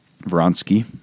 Vronsky